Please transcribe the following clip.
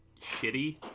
shitty